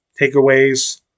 takeaways